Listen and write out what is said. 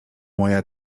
moja